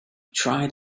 dried